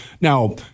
Now